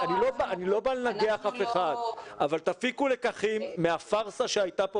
אני לא בא לנגח אף אחד אבל תפיקו לקחים מהפרסה שהייתה כאן